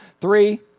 three